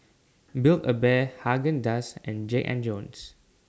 Build A Bear Haagen Dazs and Jack and Jones